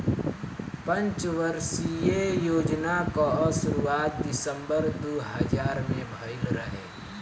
पंचवर्षीय योजना कअ शुरुआत दिसंबर दू हज़ार में भइल रहे